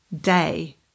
day